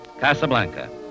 Casablanca